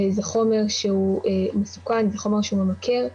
זה חומר מסוכן, זה חומר ממכר,